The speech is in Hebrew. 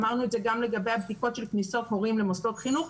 אמרנו את זה גם לגבי הבדיקות של כניסות הורים למוסדות חינוך.